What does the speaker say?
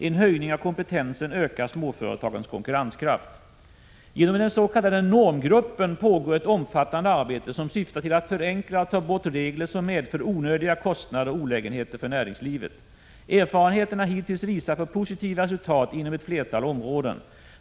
En höjning av kompetensen ökar småföretagens konkurrenskraft. Genom den s.k. normgruppen pågår ett omfattande arbete som syftar till att förenkla och ta bort regler som medför onödiga kostnader och olägenheter för näringslivet. Erfarenheterna hittills visar på positiva resultat inom ett flertal områden.